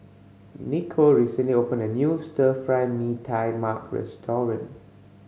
Nikko recently opened a new Stir Fry Mee Tai Mak restaurant